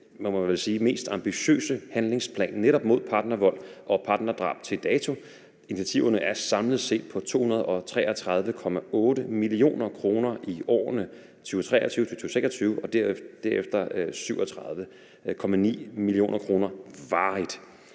mest ambitiøse handlingsplan netop mod partnervold og partnerdrab til dato. Initiativerne er samlet set på 233,8 mio. kr. i årene 2023-2026 og derefter 37,9 mio. kr. varigt,